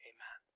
Amen